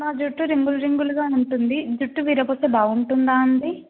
నా జుట్టు రింగులు రింగులుగా ఉంటుంది జుట్టు విరగబోస్తే బాగుంటుందా అండి